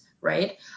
right